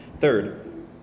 third